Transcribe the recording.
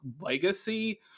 legacy